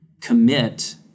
commit